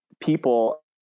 people